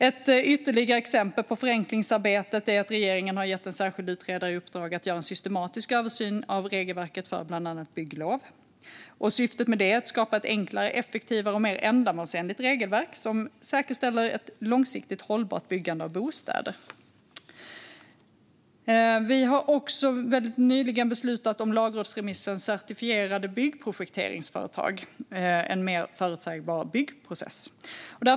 Ett ytterligare exempel på förenklingsarbetet är att regeringen har gett en särskild utredare i uppdrag att göra en systematisk översyn av regelverket för bland annat bygglov. Syftet med det är att skapa ett enklare, effektivare och mer ändamålsenligt regelverk som säkerställer ett långsiktigt hållbart byggande av bostäder. Vi har också helt nyligen beslutat om lagrådsremissen Certifierade byggprojekteringsföretag - en mer förutsägbar byggprocess .